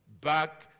back